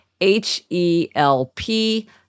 H-E-L-P